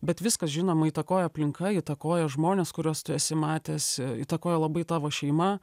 bet viskas žinoma įtakoja aplinka įtakoja žmonės kuriuos tu esi matęs įtakoja labai tavo šeima